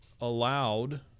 allowed